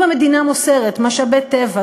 אם המדינה מוסרת משאבי טבע,